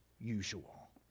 usual